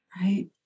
Right